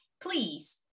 please